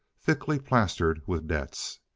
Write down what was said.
thickly plastered with debts.